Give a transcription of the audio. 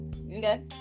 Okay